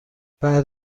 بعد